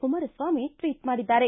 Kumaraswamy tweet ಮಾಡಿದ್ದಾರೆ